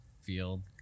field